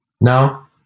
Now